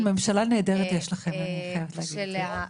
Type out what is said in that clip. אין, ממשלה נהדרת יש לכם, אני חייבת להגיד את זה.